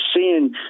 seeing